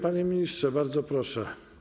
Panie ministrze, bardzo proszę.